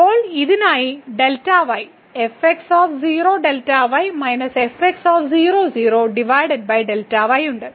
ഇപ്പോൾ ഇതിനായി Δy ഉണ്ട്